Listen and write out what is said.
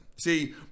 See